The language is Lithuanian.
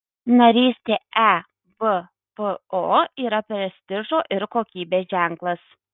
narystė ebpo yra prestižo ir kokybės ženklas